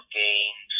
games